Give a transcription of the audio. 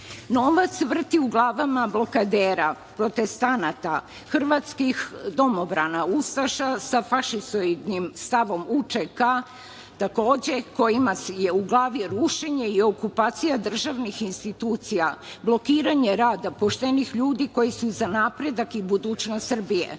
vrti u glavama blokadera, protestanata, hrvatskih domobrana, ustaša sa fašisoidnim stavom UČK, takođe, kojima je u glavi rušenje i okupacija državnih institucija, blokiranje rada poštenih ljudi koji su za napredak i budućnost Srbije. Oni